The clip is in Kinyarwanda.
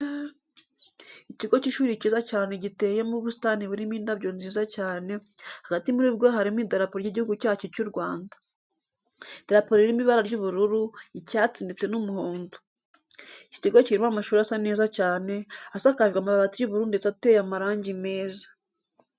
Ikigo cy'ishuri cyiza cyane giteyemo ubusitani burimo indabyo nziza cyane, hagati muri bwo harimo idarapo ry'igihugu cyacu cy'u Rwanda. Idarapo ririmo ibara ry'ubururu, icyatsi ndetse n'umuhondo. Iki kigo kirimo amashuri asa neza cyane, asakajwe amabati y'ubururu ndetse ateye amarangi meza.